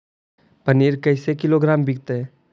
पनिर कैसे किलोग्राम विकतै?